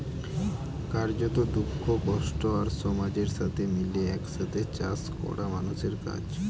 কার্যত, দুঃখ, কষ্ট আর সমাজের সাথে মিলে এক সাথে চাষ করা মানুষের কাজ